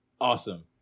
awesome